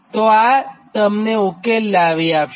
તો આ તમને ઉકેલ લાવી આપશે